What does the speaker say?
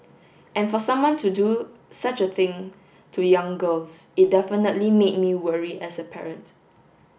and for someone to do such a thing to young girls it definitely made me worry as a parent